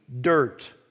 dirt